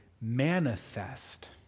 manifest